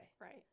Right